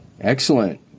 Excellent